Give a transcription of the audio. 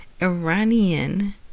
Iranian